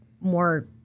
more